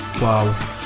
Wow